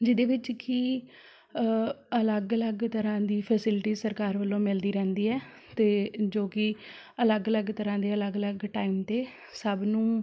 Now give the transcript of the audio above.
ਜਿਹਦੇ ਵਿੱਚ ਕਿ ਅਲੱਗ ਅਲੱਗ ਤਰ੍ਹਾਂ ਦੀ ਫੈਸਿਲਿਟੀ ਸਰਕਾਰ ਵੱਲੋਂ ਮਿਲਦੀ ਰਹਿੰਦੀ ਹੈ ਅਤੇ ਜੋ ਕਿ ਅਲੱਗ ਅਲੱਗ ਤਰ੍ਹਾਂ ਦੇ ਅਲੱਗ ਅਲੱਗ ਟਾਈਮ 'ਤੇ ਸਭ ਨੂੰ